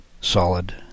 solid